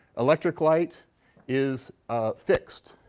electric light is fixed.